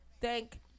Thank